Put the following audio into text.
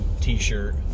t-shirt